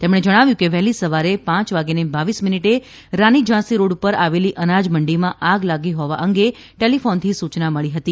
તેમણે જણાવ્યું કે વહેલી સવારે પાંચ વાગ્યેને બાવીસ મિનિટે રાની ઝાંસી રોડ પર આવેલી અનાજ મંડીમાં આગ લાગી હોવા અંગે ટેલીફોનથી સૂયના મળી હતી